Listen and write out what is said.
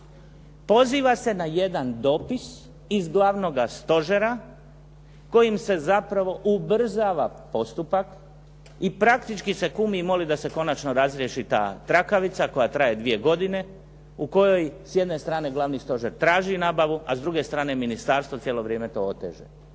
Poziva se na jedan dopis iz Glavnoga stožera kojim se zapravo ubrzava postupak i praktički se kumi i moli da se konačno razriješi ta trakavica koja traje 2 godine u kojoj s jedne strane Glavni stožer traži nabavu, a s druge strane ministarstvo cijelo vrijeme to oteže.